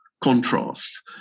contrast